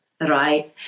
right